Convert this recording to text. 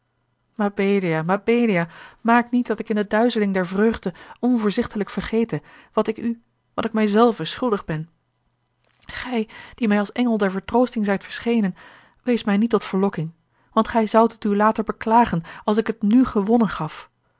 mabelia mabelia maak niet dat ik in de duizeling der vreugde onvoorzichtelijk vergete wat ik u wat ik mij zelven schuldig ben gij die mij als engel der vertroosting zijt verschenen wees mij niet tot verlokking want gij zoudt het u later beklagen als ik het nù gewonnen gaf